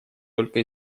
только